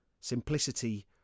Simplicity